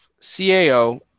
CAO